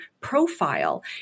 profile